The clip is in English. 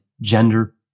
gender